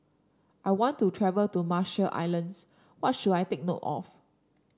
I want to travel to Marshall Islands What should I take note of